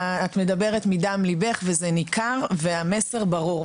את מדברת מדם ליבך, זה ניכר והמסר ברור.